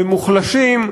במוחלשים,